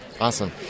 Awesome